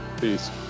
Peace